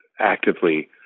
actively